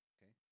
Okay